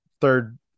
third